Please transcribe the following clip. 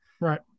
Right